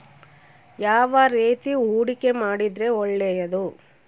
ಯಾವ ರೇತಿ ಹೂಡಿಕೆ ಮಾಡಿದ್ರೆ ಒಳ್ಳೆಯದು?